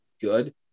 good